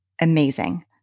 amazing